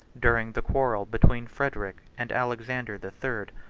during the quarrel between frederic and alexander the third,